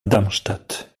darmstadt